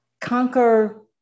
conquer